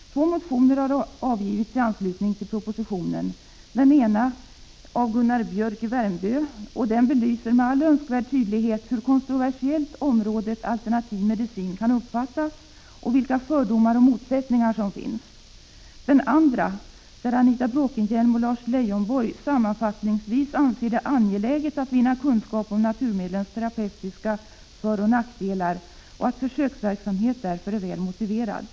Två motioner har väckts i anslutning till propositionen. Den ena motionen - av Gunnar Biörck i Värmdö — belyser med all önskvärd tydlighet hur kontroversiellt området alternativ medicin kan uppfattas och vilka fördomar och motsättningar som finns. I den andra motionen skriver Anita Bråkenhielm och Lars Leijonborg sammanfattningsvis att de anser det angeläget att vinna kunskap om naturmedlens terapeutiska fördelar och nackdelar och att försöksverksamhet därför är väl motiverad.